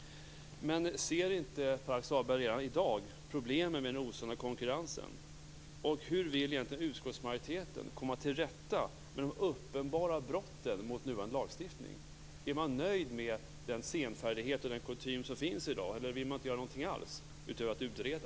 Ser inte Pär-Axel Sahlberg redan i dag problemen med den osunda konkurrensen? Hur vill egentligen utskottsmajoriteten komma till rätta med de uppenbara brotten mot nuvarande lagstiftning? Är man nöjd med den senfärdighet och den kutym som finns i dag, eller vill man inte göra någonting alls utöver att utreda?